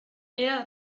era